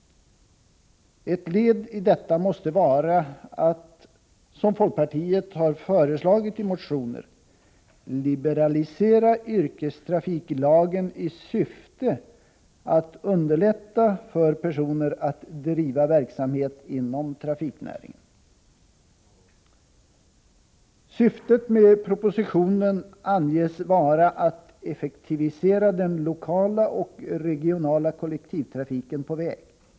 Ett led i detta måste vara att, som folkpartiet har föreslagit i motioner, liberalisera yrkestrafiklagen i syfte att underlätta för personer att driva verksamhet inom trafiknäringen. Syftet med propositionen anges vara att effektivisera den lokala och regionala kollektivtrafiken på väg.